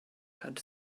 had